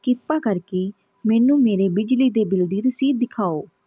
ਕਿਰਪਾ ਕਰਕੇ ਮੈਨੂੰ ਮੇਰੇ ਬਿਜਲੀ ਦੇ ਬਿੱਲ ਦੀ ਰਸੀਦ ਦਿਖਾਓ